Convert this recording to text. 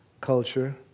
culture